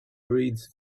breathes